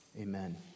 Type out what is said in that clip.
amen